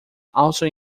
also